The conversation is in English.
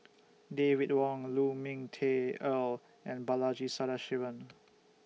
David Wong Lu Ming Teh Earl and Balaji Sadasivan